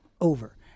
Over